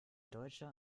deutscher